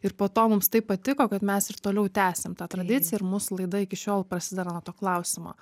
ir po to mums taip patiko kad mes ir toliau tęsiam tą tradiciją ir mūsų laida iki šiol prasideda nuo to klausimo